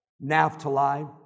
Naphtali